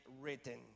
written